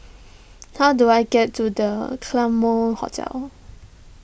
how do I get to the Claremont Hotel